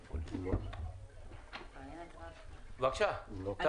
הוא ב-100 הימים הראשונים שלו בתפקיד.